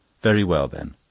very well, then!